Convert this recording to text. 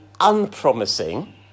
unpromising